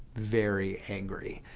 very angry.